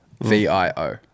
V-I-O